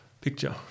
picture